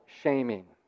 shaming